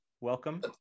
Welcome